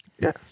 yes